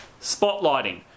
spotlighting